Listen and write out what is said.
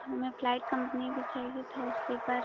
तो हमें flight company का चाहिए था वो स्लीपर